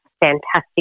fantastic